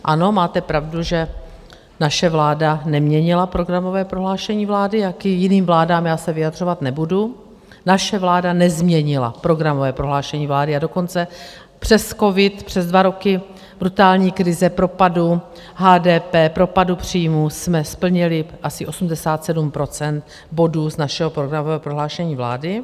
Ano, máte pravdu, že naše vláda neměnila programové prohlášení vlády, k jiným vládám já se vyjadřovat nebudu, naše vláda nezměnila programové prohlášení vlády, a dokonce přes covid, přes dva roky brutální krize, propadu HDP, propadu příjmů, jsme splnili asi 87 % bodů z našeho programového prohlášení vlády.